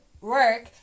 work